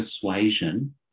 persuasion